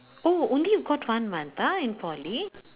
oh only got one month ah in poly